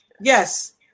Yes